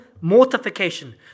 mortification